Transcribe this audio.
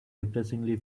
depressingly